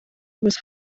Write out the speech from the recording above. was